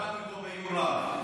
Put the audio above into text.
קראתי אותו בעיון רב.